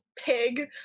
pig